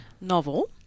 novel